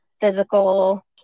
physical